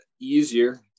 easier